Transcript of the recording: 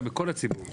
בכל הציבור.